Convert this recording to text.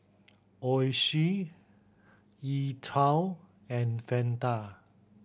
Oishi E Twow and Fanta